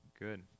good